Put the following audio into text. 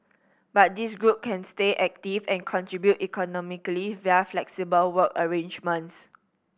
but this group can stay active and contribute economically via flexible work arrangements